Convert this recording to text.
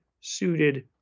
suited